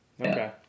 Okay